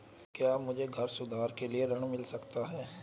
क्या मुझे घर सुधार के लिए ऋण मिल सकता है?